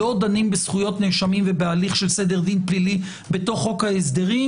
לא דנים בזכויות נאשמים ובהליך של סדר דין פלילי בתוך חוק ההסדרים